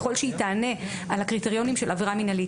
ככל שהיא תענה על הקריטריונים של עבירה מינהלית,